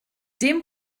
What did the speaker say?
dem